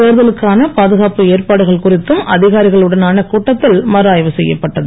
தேர்தலுக்கான பாதுகாப்பு ஏற்பாடுகள் குறித்தும் அதிகாரிகள் உடனான கூட்டத்தில் மறுஆய்வு செய்யப்பட்டது